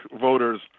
voters